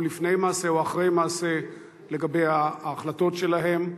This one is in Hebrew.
או לפני מעשה או אחרי מעשה, לגבי ההחלטות שלהם.